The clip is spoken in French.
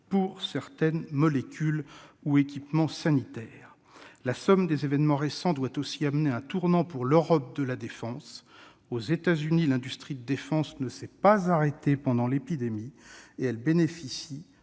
pour certaines molécules ou certains équipements sanitaires ? La somme des événements récents doit aussi amener un tournant pour l'Europe de la défense. Aux États-Unis, l'industrie de défense ne s'est pas arrêtée pendant l'épidémie et elle bénéficie